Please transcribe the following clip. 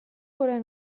horren